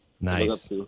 Nice